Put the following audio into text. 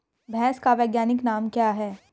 भैंस का वैज्ञानिक नाम क्या है?